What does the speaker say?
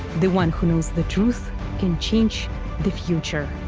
the one who knows the truth can change the future